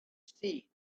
seed